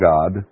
God